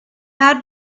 had